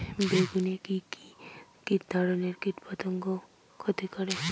বেগুনে কি কী ধরনের কীটপতঙ্গ ক্ষতি করে?